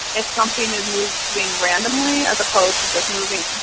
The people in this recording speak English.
if something is moving randomly as opposed to just moving